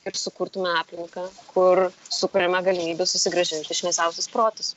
ir sukurtume aplinką kur sukuriame galimybių susigrąžinti šviesiausius protus